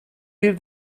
bir